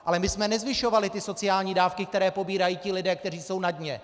Ale my jsme nezvyšovali sociální dávky, které pobírají lidé, kteří jsou na dně!